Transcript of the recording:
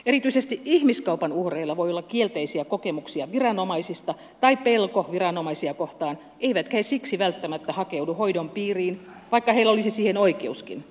erityisesti ihmiskaupan uhreilla voi olla kielteisiä kokemuksia viranomaisista tai pelko viranomaisia kohtaan eivätkä he siksi välttämättä hakeudu hoidon piiriin vaikka heillä olisi siihen oikeuskin